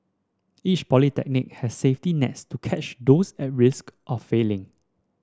each polytechnic has safety nets to catch those at risk of failing